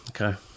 Okay